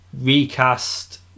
recast